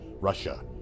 Russia